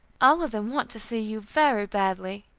all of them want to see you very badly.